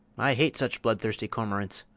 i hate such bloodthirsty cormorants.